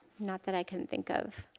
not that i can think of.